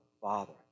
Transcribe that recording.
Father